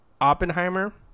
Oppenheimer